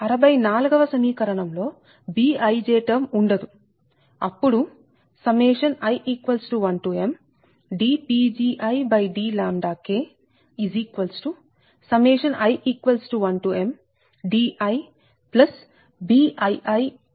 64 వ సమీకరణం లో Bij టర్మ్ ఉండదు అప్పుడు i1mdPgidλi1mdiBiibi2diKBii2 అవుతుంది